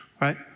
right